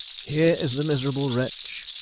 here is the miserable wretch.